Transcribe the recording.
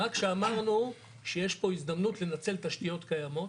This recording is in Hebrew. רק שאמרנו שיש פה הזדמנות לנצל תשתיות קיימות,